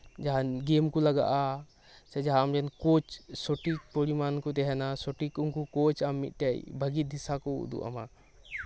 ᱡᱟᱦᱟᱸ ᱜᱮᱢ ᱠᱚ ᱞᱟᱜᱟᱼᱟ ᱥᱮ ᱡᱟᱦᱟᱸ ᱟᱢᱨᱮᱱ ᱠᱳᱪ ᱥᱚᱴᱷᱤᱠ ᱯᱚᱨᱤᱢᱟᱱ ᱠᱚ ᱛᱟᱦᱮᱱᱟ ᱥᱚᱴᱷᱤᱠ ᱩᱱᱠᱩ ᱠᱳᱪ ᱟᱢ ᱢᱤᱫᱴᱮᱱ ᱵᱷᱟᱹᱜᱤ ᱫᱤᱥᱟ ᱠᱚ ᱩᱫᱩᱜ ᱟᱢᱟ